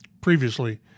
previously